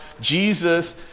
Jesus